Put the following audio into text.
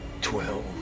Twelve